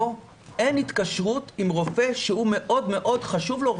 אין התקשרות עם רופא שהוא מאוד מאוד חשוב לו,